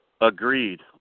Agreed